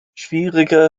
schwierige